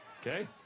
Okay